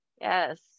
Yes